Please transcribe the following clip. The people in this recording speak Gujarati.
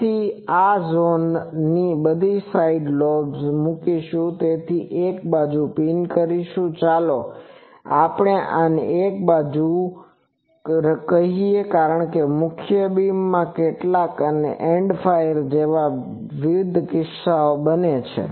તેથી આપણે આ ઝોન માં બધી સાઇડ લોબ્સ મૂકીશું અને એક બાજુ પિન કરીશું ચાલો આપણે આને એક બીજી બાજુ કહીએ કારણ કે મુખ્ય બીમ માં કેટલાક એન્ડ ફાયર વગેરે જેવા કિસ્સાઓ બને છે